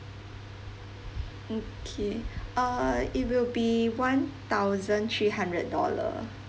mm K err it will be one thousand three hundred dollar